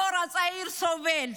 הדור הצעיר סובל.